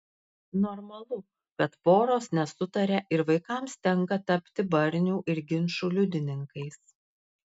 normalu kad poros nesutaria ir vaikams tenka tapti barnių ir ginčų liudininkais